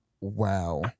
Wow